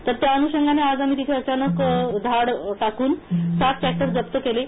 तर त्या अनुषंगाने आज आम्ही तिथे अचानक धाड टाकून सात टॅक्टर जप्त केले आहेत